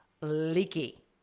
leaky